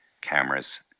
cameras